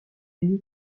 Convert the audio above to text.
ligue